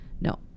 no